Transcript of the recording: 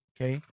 Okay